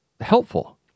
helpful